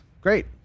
great